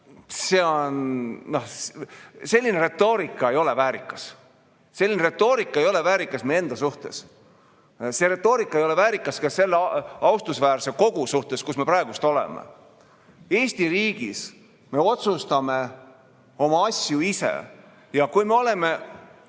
teha saame. Selline retoorika ei ole väärikas. Selline retoorika ei ole väärikas meie enda suhtes. See retoorika ei ole väärikas ka selle austusväärse kogu suhtes, kus me praegu oleme. Eesti riigis me otsustame oma asju ise. Ja kui me oleme